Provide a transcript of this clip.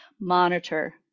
Monitor